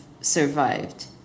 survived